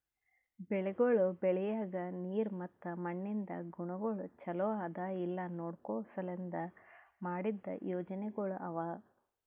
ಬೆಳಿಗೊಳ್ ಬೆಳಿಯಾಗ್ ನೀರ್ ಮತ್ತ ಮಣ್ಣಿಂದ್ ಗುಣಗೊಳ್ ಛಲೋ ಅದಾ ಇಲ್ಲಾ ನೋಡ್ಕೋ ಸಲೆಂದ್ ಮಾಡಿದ್ದ ಯೋಜನೆಗೊಳ್ ಅವಾ